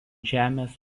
žemės